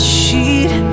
sheet